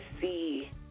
see